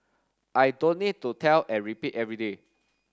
I don't need to tell and repeat every day